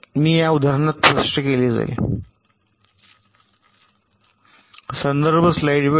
मी या उदाहरणात स्पष्ट केले जाईल